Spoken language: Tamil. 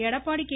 எடப்பாடி கே